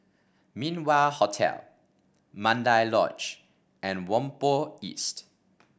Min Wah Hotel Mandai Lodge and Whampoa East